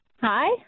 hi